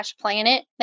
Planet